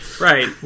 Right